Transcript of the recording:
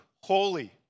holy